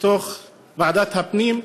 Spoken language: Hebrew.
בוועדת הפנים.